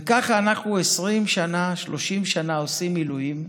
וכך אנחנו, 20 שנה, 30 שנה, עושים מילואים.